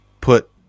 put